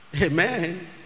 Amen